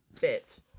bit